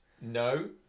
No